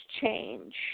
change